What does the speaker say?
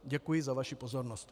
Děkuji za vaši pozornost.